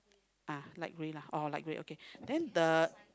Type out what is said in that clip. ah light grey lah oh light grey okay then the